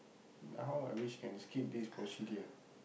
how I wish can skip this procedure